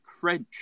French